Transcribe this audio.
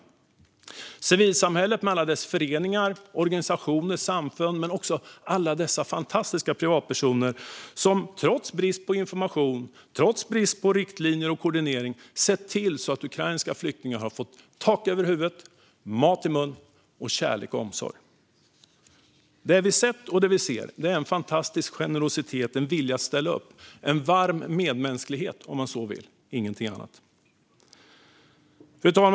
Det handlar om civilsamhället med alla dess föreningar och samfund men också om alla dessa fantastiska privatpersoner som trots brist på information och trots brist på riktlinjer och koordinering har sett till att ukrainska flyktingar har fått tak över huvudet, mat i munnen och kärlek och omsorg. Det vi har sett och ser är en fantastisk generositet och en vilja att ställa upp - en varm medmänsklighet, om man så vill - och ingenting annat. Fru talman!